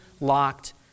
locked